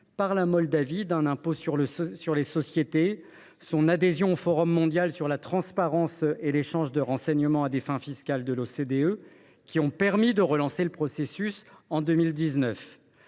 par la Moldavie d’un impôt sur les sociétés et son adhésion au Forum mondial sur la transparence et l’échange de renseignements à des fins fiscales de l’OCDE qui ont permis de relancer le processus en 2019.